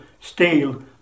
steal